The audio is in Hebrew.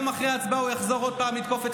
יום אחרי ההצבעה הוא יחזור עוד פעם לתקוף את